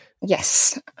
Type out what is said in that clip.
yes